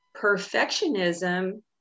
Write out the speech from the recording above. perfectionism